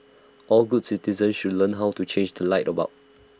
all good citizens should learn how to change the light bulb